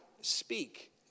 speak